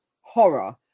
horror